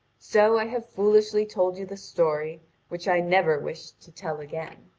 so i have foolishly told you the story which i never wished to tell again.